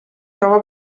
troba